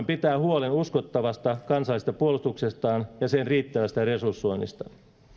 pitää huolen uskottavasta kansallisesta puolustuksestaan ja sen riittävästä resursoinnista